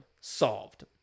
Solved